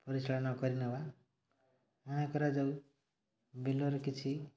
ପରିଚାଳନା କରିନେବା ମନେ କରାଯାଉ ବିଲରେ କିଛି